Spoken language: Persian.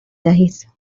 دهید